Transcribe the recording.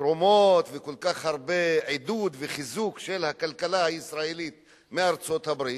תרומות וכל כך הרבה עידוד וחיזוק של הכלכלה הישראלית מארצות-הברית,